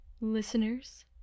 listeners